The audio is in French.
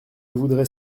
voudrais